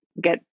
get